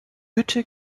hütte